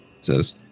says